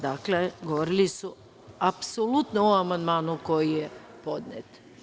Dakle, govorili su apsolutno o amandmanu koji je podnet.